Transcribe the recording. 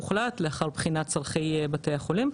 הוחלט לאחר בחינת צרכי בתי החולים,